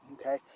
Okay